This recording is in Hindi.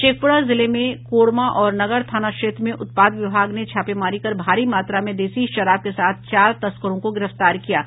शेखपुरा जिले में कोरमा और नगर थाना क्षेत्र में उत्पाद विभाग ने छापेमारी कर भारी मात्रा में देसी शराब के साथ चार तस्करों को गिरफ्तार किया है